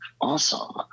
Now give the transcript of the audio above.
Awesome